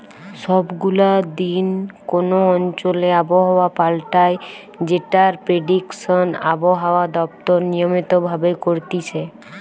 সব গুলা দিন কোন অঞ্চলে আবহাওয়া পাল্টায় যেটার প্রেডিকশন আবহাওয়া দপ্তর নিয়মিত ভাবে করতিছে